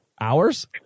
Hours